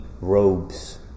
robes